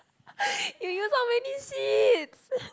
you use so many sheets